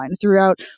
throughout